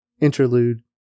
Interlude